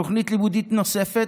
תוכנית לימודית נוספת,